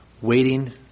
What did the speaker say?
waiting